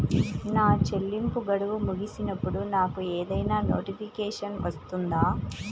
నా చెల్లింపు గడువు ముగిసినప్పుడు నాకు ఏదైనా నోటిఫికేషన్ వస్తుందా?